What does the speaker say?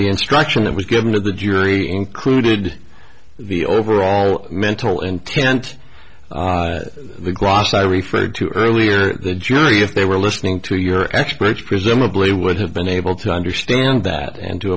the instruction that was given to the jury included the overall mental intent of the grass i referred to earlier the jury if they were listening to your experts presumably would have been able to understand that and to